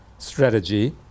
strategy